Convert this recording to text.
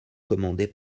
commandé